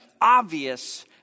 obvious